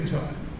time